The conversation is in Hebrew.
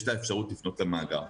יש לה אפשרות לפנות למאגר.